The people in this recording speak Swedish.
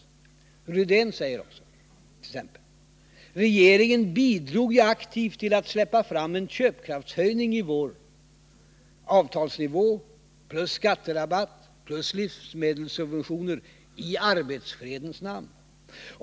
Bengt Rydén säger: ”Regeringen bidrog ju aktivt till att släppa fram en köpkraftshöjning i våras i arbetsfredens namn.